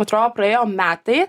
atrodo praėjo metai